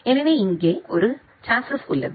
எனவே இங்கே ஒரு சாஸ்ஸிஸ் உள்ளது